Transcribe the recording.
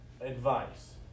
advice